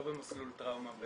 לא במסלול טראומה,